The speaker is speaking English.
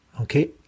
okay